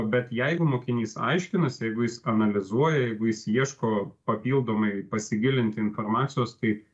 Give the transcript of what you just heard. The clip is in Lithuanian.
bet jeigu mokinys aiškinasi jeigu jis analizuoja jeigu jis ieško papildomai pasigilinti informacijos tai